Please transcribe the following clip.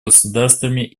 государствами